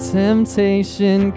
temptation